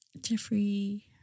Jeffrey